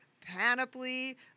Panoply